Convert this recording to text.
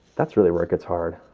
that's really work. it's hard.